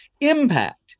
impact